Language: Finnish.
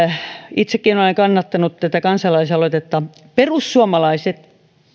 itsekin olen kannattanut tätä kansalaisaloitetta perussuomalaiset